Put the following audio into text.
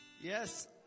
Yes